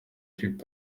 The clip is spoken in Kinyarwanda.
hip